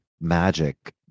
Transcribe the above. magic